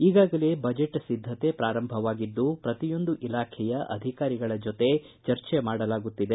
ಈಗಾಗಲೇ ಬಜೆಟ್ ಸಿದ್ದತೆ ಪ್ರಾರಂಭವಾಗಿದ್ದು ಪ್ರತಿಯೊಂದು ಇಲಾಖೆಯ ಅಧಿಕಾರಿಗಳ ಜೊತೆ ಚರ್ಚೆ ಮಾಡಲಾಗುತ್ತಿದೆ